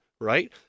right